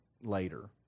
later